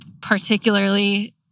particularly